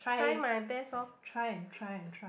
try try and try and try